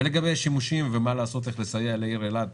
ולגבי השימושים ואיך לסייע לעיר אילת